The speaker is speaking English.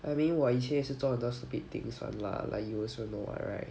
I mean 我以前也是做很多 stupid things [one] lah like you also know what right